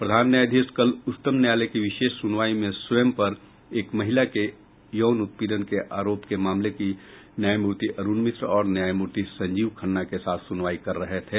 प्रधान न्यायाधीश कल उच्चतम न्यायालय की विशेष सुनवाई में स्वयं पर एक महिला के यौन उत्पीड़न के आरोप के मामले की न्यायमूर्ति अरुण मिश्र और न्यायमूर्ति संजीव खन्ना के साथ सुनवाई कर रहे थे